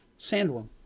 Sandworm